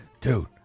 dude